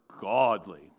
godly